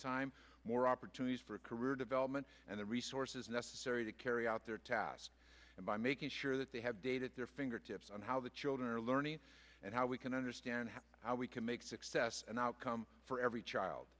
time more opportunities for career development and the resources necessary to carry out their tasks and by making sure that they have dated their fingertips on how the children are learning and how we can understand how we can make success an outcome for every child